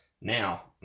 Now